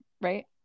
right